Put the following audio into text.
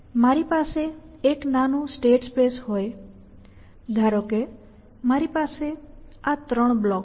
મારી પાસે એક નાનું સ્ટેટ સ્પેસ હોય ધારો કે મારી પાસે આ ત્રણ બ્લોક્સ છે A B અને C